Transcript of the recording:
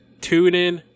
TuneIn